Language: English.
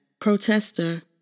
Protester